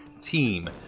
team